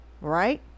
right